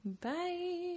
Bye